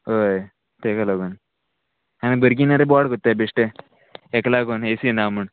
होय ताका लागोन आनी भुरगीं ना रे बोवाड कोत्ताय बेश्टें हेका लागोन ए सी ना म्हूण